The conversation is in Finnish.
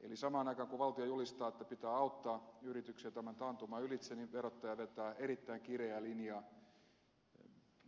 eli samaan aikaan kun valtio julistaa että pitää auttaa yrityksiä tämän taantuman ylitse niin verottaja vetää erittäin kireää linjaa